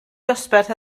dosbarth